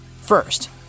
First